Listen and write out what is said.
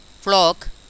flock